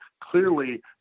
Clearly